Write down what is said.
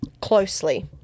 closely